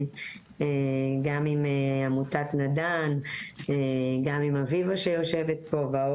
גם עם אביבה שיושבת פה.